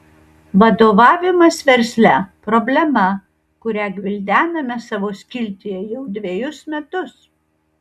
vadovavimas versle problema kurią gvildename savo skiltyje jau dvejus metus